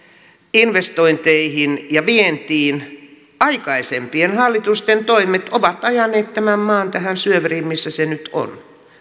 investointeihin ja vientiin aikaisempien hallitusten toimet ovat ajaneet tämän maan tähän syöveriin missä se nyt on